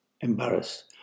embarrassed